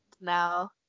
now